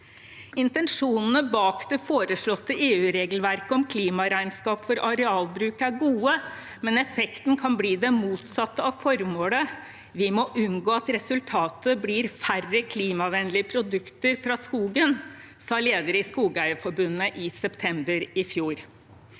Intensjonene bak det foreslåtte EU-regelverket om klimaregnskapet for arealbruk er gode, men effekten kan bli den motsatte av formålet. «Vi må unngå at resultatet blir færre klimavennlige produkter fra skogen», sa leder i Skogeierforbundet i september i fjor.